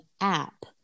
app